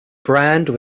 brand